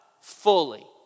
fully